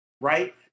Right